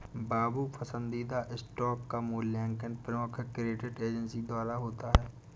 बाबू पसंदीदा स्टॉक का मूल्यांकन प्रमुख क्रेडिट एजेंसी द्वारा होता है